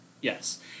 Yes